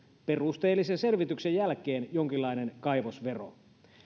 perusteellisen selvityksen jälkeen olla myös jonkinlainen kaivosvero